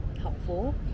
helpful